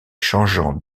changeant